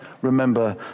remember